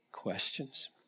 Questions